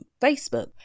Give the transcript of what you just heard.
Facebook